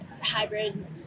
hybrid